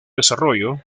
desarrollo